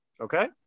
Okay